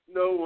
no